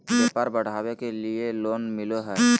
व्यापार बढ़ावे के लिए लोन मिलो है?